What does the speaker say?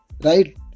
right